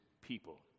people